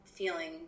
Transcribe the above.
feeling